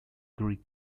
greek